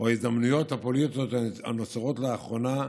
הפוליטיות הנוצרות לאחרונה,